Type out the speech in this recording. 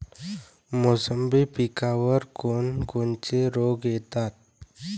मोसंबी पिकावर कोन कोनचे रोग येतात?